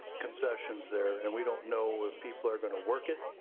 concessions there, and we don't know if people are gonna work it,